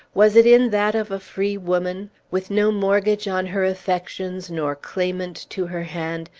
was it in that of a free woman, with no mortgage on her affections nor claimant to her hand,